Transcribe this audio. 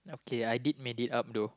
okay I did made it up though